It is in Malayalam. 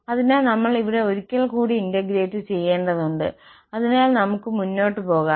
അതിനാൽ നമ്മൾ ഇവിടെ ഒരിക്കൽ കൂടി ഇന്റഗ്രേറ്റ് ചെയ്യേണ്ടതുണ്ട് അതിനാൽ നമുക്ക് മുന്നോട്ട് പോകാം